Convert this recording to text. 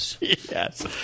Yes